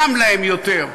חם להם יותר,